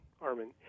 Armin